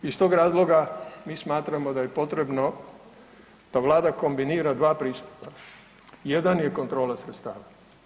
Iz tog razloga mi smatramo da je potrebno da Vlada kombinira dva pristupa, jedan je kontrola sredstava.